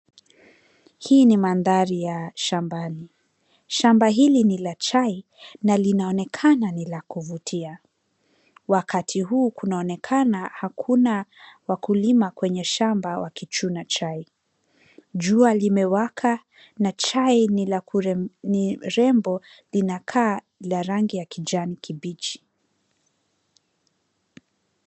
Hii ni mandhari ya shambani. Shamba hili ni la chai na linaonekana ni la kuvutia. Wakati huu kunaonekana hakuna wakulima kwenye shamba wakichuna chai. Jua limewaka na chai ni rembo linakaa la rangi ya kijani kibichi.